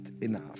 enough